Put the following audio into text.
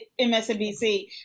MSNBC